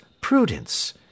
prudence